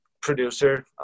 producer